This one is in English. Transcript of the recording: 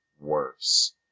worse